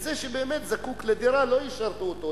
זה שבאמת זקוק לדירה, הן לא ישרתו אותו.